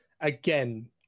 again